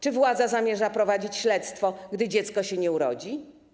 Czy władza zamierza prowadzić śledztwo, gdy dziecko się nie urodzi?